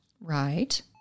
Right